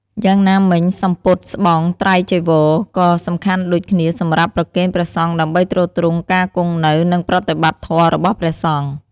យ៉ាងណាមិញ សំពត់ ស្បង់ ត្រៃចីវរ ក៏សំខាន់ដូចគ្នាសម្រាប់ប្រគេនព្រះសង្ឃដើម្បីទ្រទ្រង់ការគង់នៅ និងប្រតិបត្តិធម៌របស់ព្រះសង្ឃ។